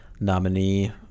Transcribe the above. nominee